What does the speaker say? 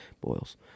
boils